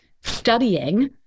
studying